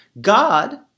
God